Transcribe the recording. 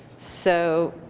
so